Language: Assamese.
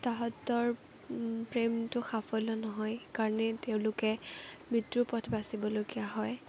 তাহাঁতৰ প্ৰেমটো সাফল্য নহয় কাৰণে তেওঁলোকে মৃত্যুৰ পথ বাচিবলগীয়া হয়